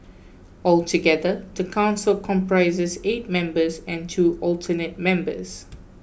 altogether the council comprises eight members and two alternate members